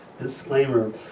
disclaimer